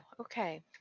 Okay